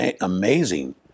amazing